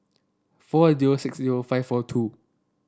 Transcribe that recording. four zero six zero five four two